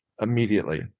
immediately